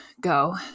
go